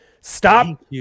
Stop